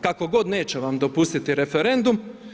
Kako god neće vam dopustiti referendum.